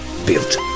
Built